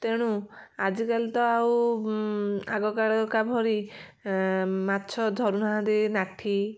ତେଣୁ ଆଜିକାଲି ତ ଆଉ ଆଗକାଳ କା ଭଳି ମାଛ ଧରୁନାହାଁନ୍ତି ନାଠି